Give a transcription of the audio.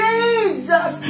Jesus